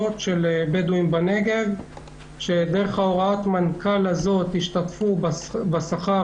של בדואים בנגב ודרך הוראות המנכ"ל הזו ישתתפו בשכר